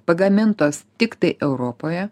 pagamintos tiktai europoje